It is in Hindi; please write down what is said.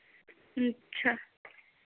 अच्छा